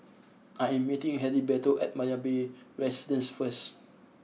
I am meeting Heriberto at Marina Bay Residences first